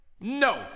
No